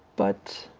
but